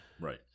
Right